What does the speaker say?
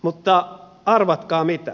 mutta arvatkaa mitä